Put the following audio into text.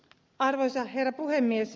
arvoisa herra puhemies